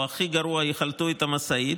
או הכי גרוע יחלטו את המשאית.